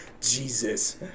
Jesus